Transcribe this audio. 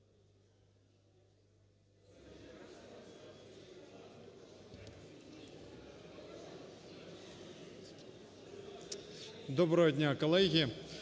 Доброго дня, колеги!